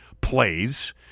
plays